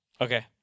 Okay